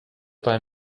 war